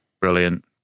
brilliant